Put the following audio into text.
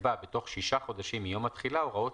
יקבע בתוך 6 חודשים מיום התחילה הוראות